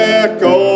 echo